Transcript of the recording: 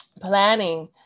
planning